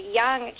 young